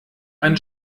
ein